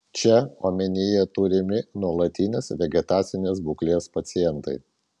čia omenyje turimi nuolatinės vegetacinės būklės pacientai